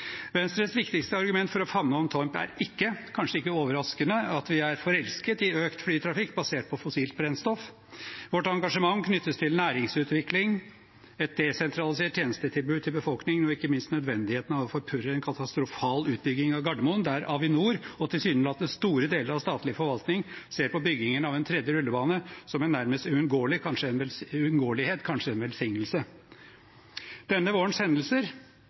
Venstres viktigste argument for å favne om Torp er ikke, kanskje ikke overraskende, at vi er forelsket i økt flytrafikk basert på fossilt brennstoff. Vårt engasjement knyttes til næringsutvikling, et desentralisert tjenestetilbud til befolkningen og ikke minst nødvendigheten av å forpurre en katastrofal utbygging av Gardermoen, der Avinor og tilsynelatende store deler av statlig forvaltning ser på byggingen av en tredje rullebane nærmest som en uunngåelighet – kanskje en